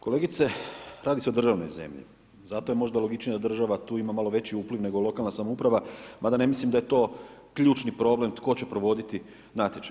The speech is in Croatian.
Kolegice, radi se o državnoj zemlji, zato je možda logičnije da država tu ima malo veći upliv nego lokalna samouprava, mada ne mislim da je to ključni problem tko će provoditi natječaj.